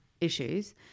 issues